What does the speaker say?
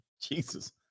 Jesus